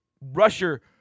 rusher